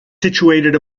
situated